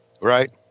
Right